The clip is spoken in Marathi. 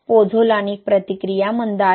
पोझोलानिक प्रतिक्रिया मंद आहे